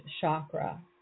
chakra